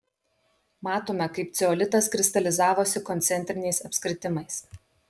matome kaip ceolitas kristalizavosi koncentriniais apskritimais